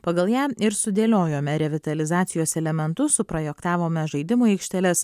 pagal ją ir sudėliojome revitalizacijos elementus suprojektavome žaidimų aikšteles